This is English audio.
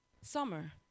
Summer